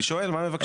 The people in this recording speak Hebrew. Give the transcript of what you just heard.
אני שואל מה מבקשים.